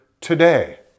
today